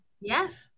Yes